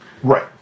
Right